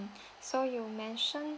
so you mentioned